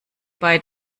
bei